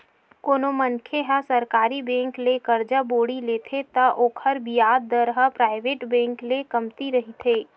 कोनो मनखे ह सरकारी बेंक ले करजा बोड़ी लेथे त ओखर बियाज दर ह पराइवेट बेंक ले कमती रहिथे